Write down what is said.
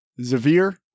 Zavir